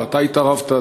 ואתה התערבת,